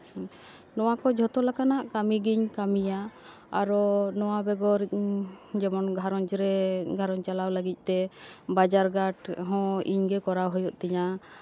ᱱᱚᱣᱟ ᱠᱚ ᱡᱷᱚᱛᱚ ᱞᱮᱠᱟᱱᱟᱜ ᱠᱟᱹᱢᱤ ᱜᱤᱧ ᱠᱟᱹᱢᱤᱭᱟ ᱟᱨᱚ ᱱᱚᱣᱟ ᱵᱮᱜᱚᱨ ᱡᱮᱢᱚᱱ ᱜᱷᱟᱨᱚᱸᱡᱽ ᱨᱮ ᱜᱷᱟᱨᱚᱸᱡᱽ ᱪᱟᱞᱟᱣ ᱞᱟᱹᱜᱤᱫ ᱛᱮ ᱵᱟᱡᱟᱨ ᱜᱷᱟᱰ ᱦᱚᱸ ᱤᱧ ᱜᱮ ᱠᱚᱨᱟᱣ ᱦᱩᱭᱩᱜ ᱛᱤᱧᱟᱹ